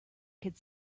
could